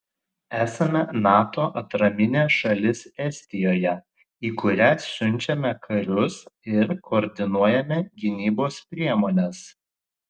esame nato atraminė šalis estijoje į kurią siunčiame karius ir koordinuojame gynybos priemones